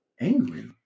Angry